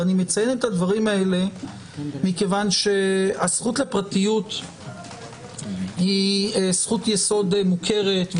אני מציין דברים אלה כי הזכות לפרטיות היא זכות יסוד מוכרת,